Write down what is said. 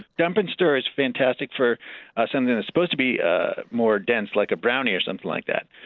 dump and stir is fantastic for ah something that's supposed to be ah more dense, like a brownie or something like that.